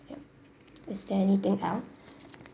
ya is there anything else